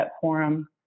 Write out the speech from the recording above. forum